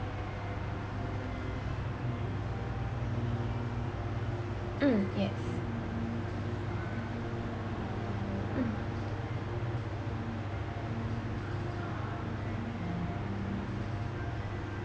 mm yes